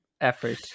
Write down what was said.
effort